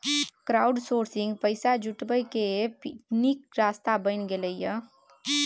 crowdsourcing पैसा जुटबै केर नीक रास्ता बनि गेलै यै